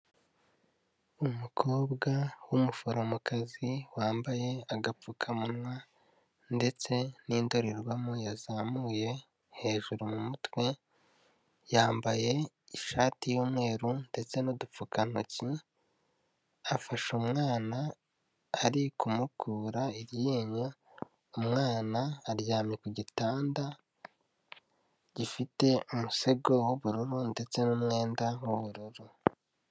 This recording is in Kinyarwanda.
Umukobwa w'umuforomokazi, wambaye agapfukamunwa ndetse n'indorerwamo yazamuye hejuru mu mutwe, yambaye ishati y'umweru ndetse n'udupfukantoki, afashe umwana ari kumukura iryinyo, umwana aryamye ku gitanda gifite umusego w'ubururu, ndetse n'umwenda w'ubururu.